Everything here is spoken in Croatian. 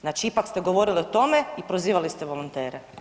Znači ipak ste govorili o tome i prozivali ste volontere.